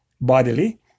bodily